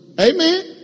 Amen